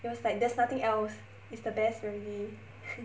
it was like there's nothing else is the best already